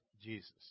Jesus